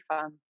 fun